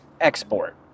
export